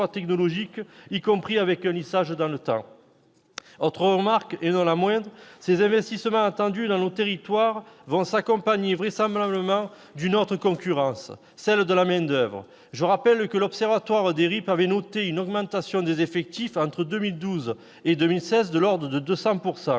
technologiques, y compris avec un lissage dans le temps. Autre remarque, et non la moindre : ces investissements attendus dans nos territoires vont s'accompagner vraisemblablement d'une autre concurrence, celle de la main-d'oeuvre. Je rappelle que l'observatoire des RIP avait noté une augmentation des effectifs entre 2012 et 2016 de l'ordre de 200 %.